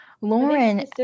Lauren